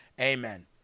Amen